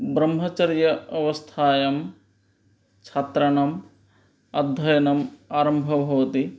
ब्रह्मचर्य अवस्थायां छात्राणम् अध्ययनम् आरम्भः भवति